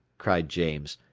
cried james,